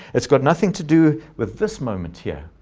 it's got nothing to do with this moment here.